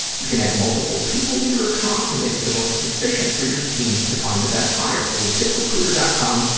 you can add multiple people to your account to make it the most efficient for your team to find the best hire. with ziprecruiter. com,